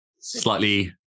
slightly